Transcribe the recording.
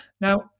Now